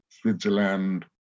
Switzerland